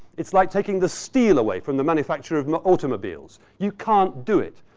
it's like taking the steel away from the manufacture of automobiles. you can't do it.